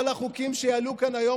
כל החוקים שיעלו כאן היום,